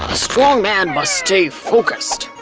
strong man must stay focused!